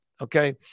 okay